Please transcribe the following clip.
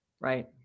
Right